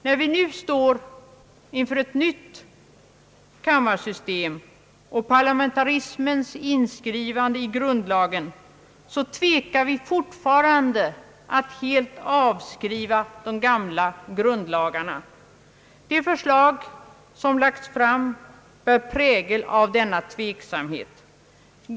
När vi nu står inför ett nytt kammarsystem och parlamentarismens inskrivande i grundlagen tvekar vi fortfarande att helt lämna de gamla grundlagarna. Det föreliggande förslaget bär prägel av denna tveksamhet.